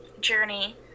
journey